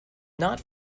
not